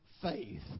faith